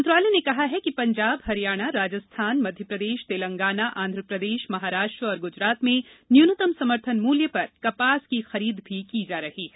मंत्रालय ने कहा है कि पंजाब हरियाणा राजस्थान मध्यप्रदेश तेलंगाना आंध्रप्रदेश महाराष्ट्र और गुजरात में न्यूनतम समर्थन मूल्य पर कपास की खरीद भी की जा रही है